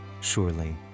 surely